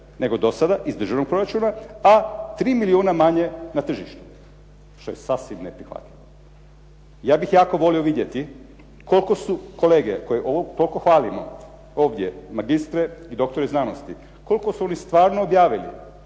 nego do sada iz državnog proračuna, a 3 milijuna manje na tržištu, što je sasvim neprihvatljivo. Ja bih jako volio vidjeti koliko su kolege koje ovdje toliko hvalimo, ovdje magistre i doktori znanosti, koliko su oni stvarno objavili